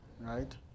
right